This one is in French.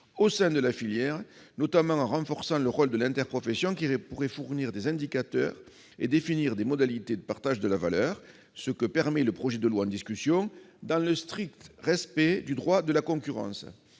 au sein de la filière, notamment en renforçant le rôle de l'interprofession, qui pourrait fournir des indicateurs et définir les modalités de partage de la valeur, ce que permet le projet de loi en discussion, dans le strict respect du droit de la concurrence.